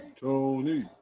Tony